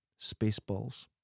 Spaceballs